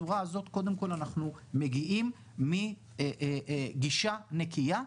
בצורה הזאת קודם כל אנחנו מגיעים מגישה נקייה,